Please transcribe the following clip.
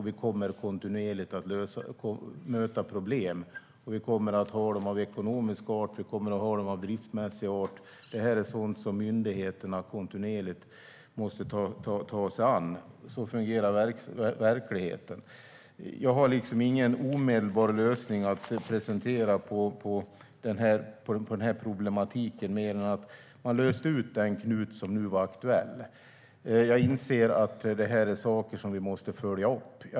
Vi kommer kontinuerligt att möta problem. Vi kommer att ha problem av ekonomisk art och av driftsmässig art. Det är sådant som myndigheterna kontinuerligt måste ta sig an. Så fungerar verkligheten. Jag har ingen omedelbar lösning att presentera på problematiken mer än att man har löst ut den knut som nu var aktuell. Jag inser att det är saker som vi följa upp.